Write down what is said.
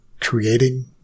creating